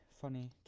funny